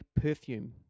perfume